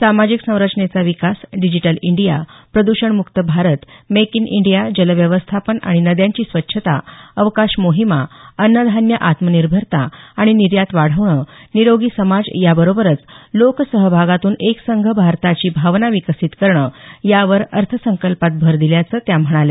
सामाजिक संरचनेचा विकास डिजिटल इंडिया प्रद्षणमुक्त भारत मेक इन इंडिया जल व्यवस्थापन आणि नद्यांची स्वच्छता अवकाश मोहिमा अन्नधान्य आत्मनिर्भरता आणि निर्यात वाढवणं निरोगी समाज याबरोबरच लोकसहभागातून एकसंघ भारताची भावना विकसित करणं यावर अर्थसंकल्पात भर दिल्याचं त्या म्हणाल्या